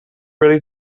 ready